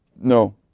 No